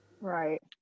right